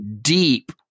deep